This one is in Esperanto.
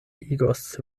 igos